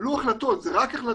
קבלו החלטות, מדובר רק בהחלטות.